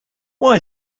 why